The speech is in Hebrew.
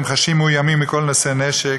והם חשים מאוימים מכל נושא נשק,